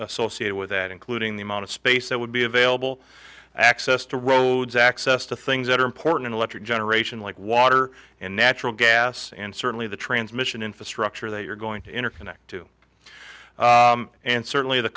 associated with that including the amount of space that would be available access to roads access to things that are important electric generation like water and natural gas and certainly the transmission infrastructure they are going to interconnect and certainly the